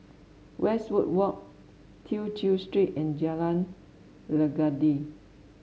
Westwood Walk Tew Chew Street and Jalan Legundi